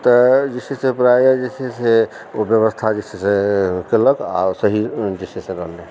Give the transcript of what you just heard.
तऽ जे छै से प्रायः जे छै से ओ व्यवस्था जे छै से केलक आओर सही जे छै से रहलै